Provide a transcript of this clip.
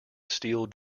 steel